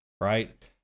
right